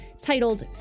titled